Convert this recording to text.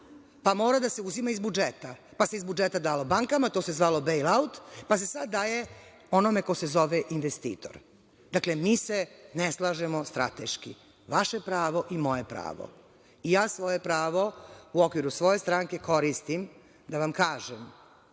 pa mora da se uzima iz budžeta, pa se iz budžeta dalo bankama, to se zvalo dejl aut, pa se sada daje onome ko se zove investitor. Dakle, mi se ne slažemo strateški, vaše pravo i moje pravo. Ja svoje pravo u okviru svoje stranke koristim da vam kažem,